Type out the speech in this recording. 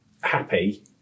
happy